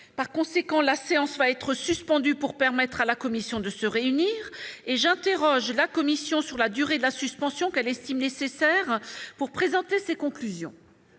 La séance va donc être suspendue pour permettre à la commission de se réunir. Je consulte la commission sur la durée de la suspension qu'elle estime nécessaire pour présenter ses conclusions.